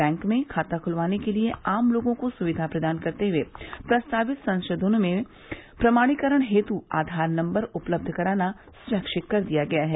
bank में खाता खुलवाने के लिए आम लोगों को सुविधा प्रदान करते हुए प्रस्तावित संशोधनों में प्रमाणीकरण हेतु आधार नम्बर उपलब कराना खैच्छिक कर दिया गया है